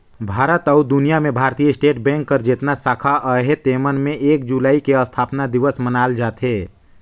भारत अउ दुनियां में भारतीय स्टेट बेंक कर जेतना साखा अहे तेमन में एक जुलाई के असथापना दिवस मनाल जाथे